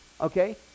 Okay